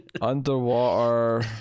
Underwater